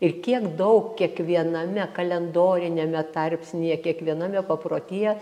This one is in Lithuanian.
ir kiek daug kiekviename kalendoriniame tarpsnyje kiekviename paprotyje